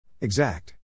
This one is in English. Exact